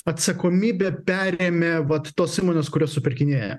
atsakomybę perėmė vat tos įmonės kurios supirkinėja